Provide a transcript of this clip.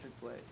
play